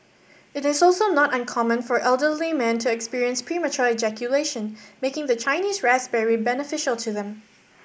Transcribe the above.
it is also not uncommon for elderly men to experience premature ejaculation making the Chinese raspberry beneficial to them